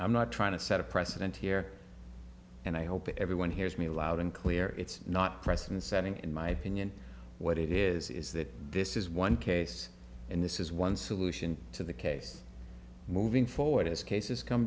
i'm not trying to set a precedent here and i hope everyone hears me loud and clear it's not precedent setting in my opinion what it is is that this is one case and this is one solution to the case moving forward as cases come